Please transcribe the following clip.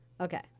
Okay